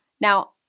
Now